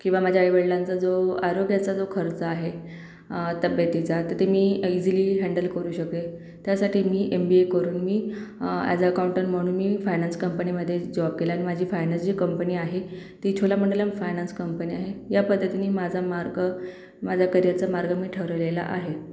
किंवा माझ्या आईवडलांचा जो आरोग्याचा जो खर्च आहे तब्येतीचा तर ते मी इजीली हॅंडल करू शकते त्यासाठी मी एम बी ए करून मी अॅज अ अकाऊंटण म्हणून मी फायनान्स कंपनीमध्ये जॉब केल्याने माझी फायनस जी कंपनी आहे ती छोला मंडलम फायनान्स कंपनी आहे या पद्धतीनी माझा मार्ग माझा करिअरचा मार्ग मी ठरवलेला आहे